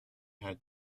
had